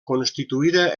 constituïda